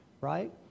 right